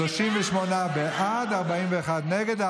38 בעד, 41 נגד.